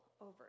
over